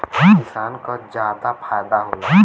किसान क जादा फायदा होला